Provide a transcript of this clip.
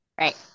Right